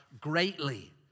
greatly